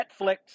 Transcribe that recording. Netflix